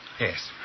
Yes